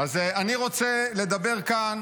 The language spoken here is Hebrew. אני רוצה לדבר כאן